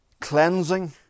cleansing